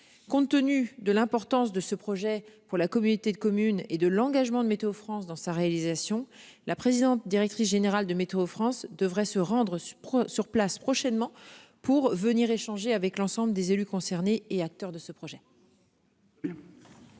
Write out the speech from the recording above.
Compte tenu de l'importance de ce projet pour la communauté de communes et de l'engagement de météo France dans sa réalisation. La présidente directrice générale de météo France, devrait se rendre. Sur place prochainement pour venir échanger avec l'ensemble des élus concernés et acteurs de ce projet.--